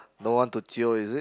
no one to jio is it